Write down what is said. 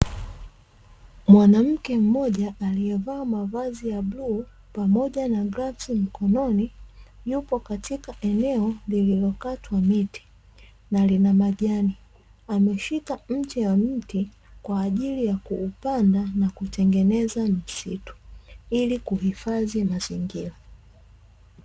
Mwanamke mmoja aliyevaa mavazi ya bluu pamoja na glavu mikononi, yupo katika eneo lililokatwa miti na lina majani, ameshika mche wa mti kwa ajili ya kuupanda na kutengeneza msitu ili kuhifadhi mazingira.